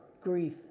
grief